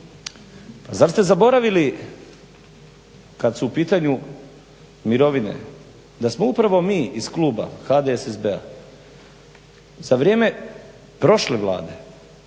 zar ste zaboravili kad su u pitanju mirovine da smo upravo mi iz kluba HDSSB-a za vrijeme prošle Vlade,